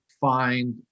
find